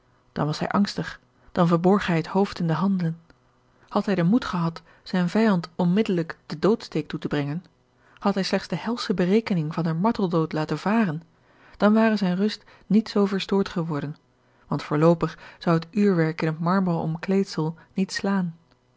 dan was hij angstig dan verborg hij het hoofd in de handen had hij den moed gehad zijn vijand onmiddellijk den doodsteek toe te brengen had hij slechts de helsche berekening van den marteldood laten varen dan ware zijne rust niet zoo verstoord geworden want voorloopig zou het uurwerk in het marmeren omkleedsel niet slaan